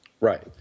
Right